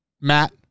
Matt